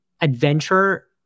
adventure